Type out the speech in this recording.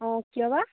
অঁ কিয়বা